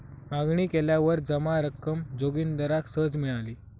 मागणी केल्यावर जमा रक्कम जोगिंदराक सहज मिळाली